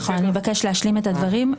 אני אבקש להשלים את הדברים.